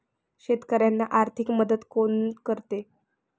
शेतकऱ्यांना आर्थिक मदत कोण करते?